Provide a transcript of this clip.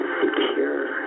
secure